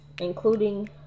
including